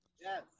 Yes